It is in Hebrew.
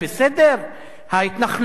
ההתנחלויות, הן בסדר?